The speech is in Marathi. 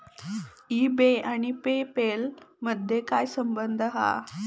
ई बे आणि पे पेल मधे काय संबंध हा?